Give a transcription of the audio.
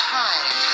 time